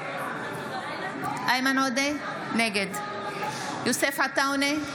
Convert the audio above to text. נגד יוסף עטאונה,